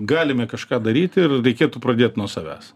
galime kažką daryti ir reikėtų pradėt nuo savęs